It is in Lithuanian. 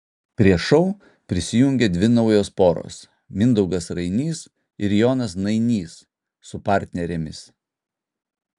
prie šou prisijungė dvi naujos poros mindaugas rainys ir jonas nainys su partnerėmis